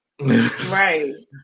right